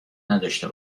نداشته